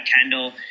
Kendall